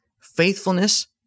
faithfulness